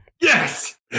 yes